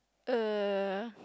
uh